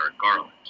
Garland